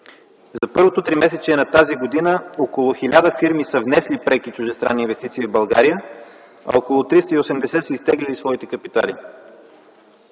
За първото тримесечие на тази година около 1000 фирми са внесли преки чуждестранни инвестиции в България, а около 380 са изтеглили своите капитали.